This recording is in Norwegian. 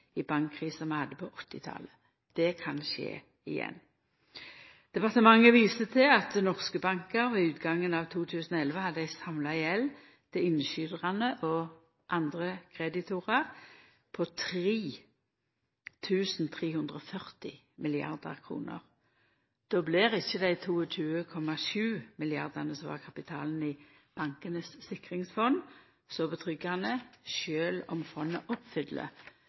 i bankkrisa vi hadde på 1980-talet. Det kan skje igjen. Departementet viser til at norske bankar ved utgangen av 2011 hadde ei samla gjeld til innskytarane og andre kreditorar på 3 340 mrd. kr. Då kjennest ikkje dei 22,7 mrd. kr som var kapitalen i Bankanes sikringsfond, så trygt, sjølv om fondet oppfyller